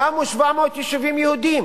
קמו 700 יישובים יהודיים